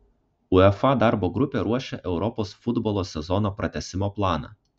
uefa darbo grupė ruošia europos futbolo sezono pratęsimo planą